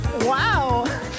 Wow